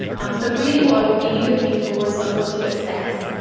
um so really, what i would be looking for is someone to assess,